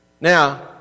Now